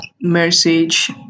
message